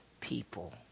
people